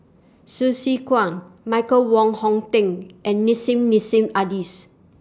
Su Se Kwang Michael Wong Hong Teng and Nissim Nassim Adis